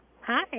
Hi